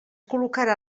col·locarà